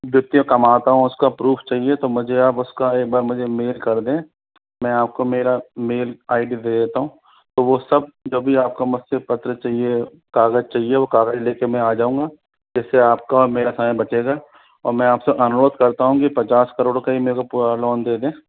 जितने कमाता हूँ उसका प्रूफ चाहिए तो मुझे आप उसका एक बार मुझे मेल कर दें मैं आपको मेरा मेल आई डी दे देता हूँ तो वह सब जो भी आपको मुझसे पत्र चाहिए कागज़ चाहिए वह कागज लेकर मैं आ जाऊँगा जिससे आपका और मेरा समय बचेगा और मैं आपसे अनुरोध करता हूँ कि पचास करोड़ का ही मेरे को पूरा लोन दे दें